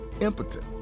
impotent